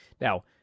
now